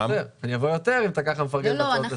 אני אבוא יותר אם אתה מפרגן ככה בהצעות לסדר.